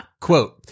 Quote